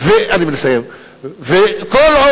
אינו משתתף עפר שלח,